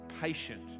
patient